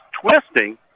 twisting